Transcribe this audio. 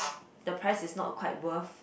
the price is not quite worth